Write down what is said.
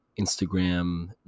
Instagram